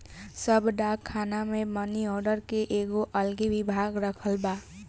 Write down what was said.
सब डाक खाना मे मनी आर्डर के एगो अलगे विभाग रखल बा